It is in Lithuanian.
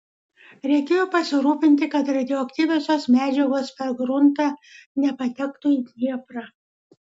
reikėjo pasirūpinti kad radioaktyviosios medžiagos per gruntą nepatektų į dnieprą